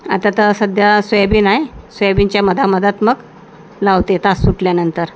आता तर सध्या सोयाबीन आहे सोयाबीनच्या मध्येमध्ये मग लावते तास तुटल्यानंतर